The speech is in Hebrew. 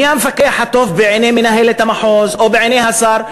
מי המפקח הטוב בעיני מנהלת המחוז או בעיני השר?